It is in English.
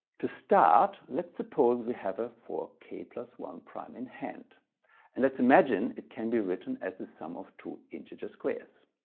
to start let's suppose we have a four k one prime in hand and let's imagine it can be written as the sum of two integer squares.